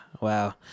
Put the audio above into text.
wow